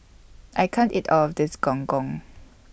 I can't eat All of This Gong Gong